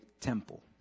temple